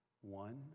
one